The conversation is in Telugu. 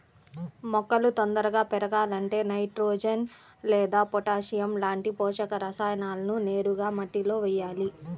మొక్కలు తొందరగా పెరగాలంటే నైట్రోజెన్ లేదా పొటాషియం లాంటి పోషక రసాయనాలను నేరుగా మట్టిలో వెయ్యాలి